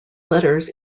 letters